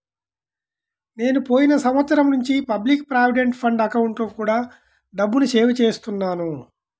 నేను పోయిన సంవత్సరం నుంచి పబ్లిక్ ప్రావిడెంట్ ఫండ్ అకౌంట్లో కూడా డబ్బుని సేవ్ చేస్తున్నాను